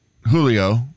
Julio